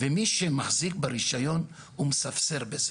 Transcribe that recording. מי שמחזיק ברישיון הוא מספסר בזה.